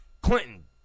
Clinton